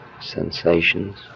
sensations